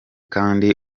kandi